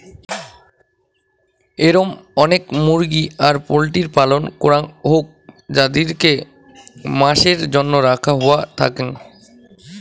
এরম অনেক মুরগি আর পোল্ট্রির পালন করাং হউক যাদিরকে মাসের জন্য রাখা হওয়া থাকেঙ